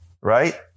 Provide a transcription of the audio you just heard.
right